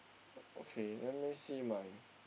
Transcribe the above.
okay let me see my